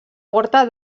porta